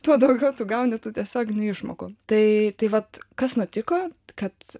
tuo daugiau tu gauni tų tiesioginių išmokų tai tai vat kas nutiko kad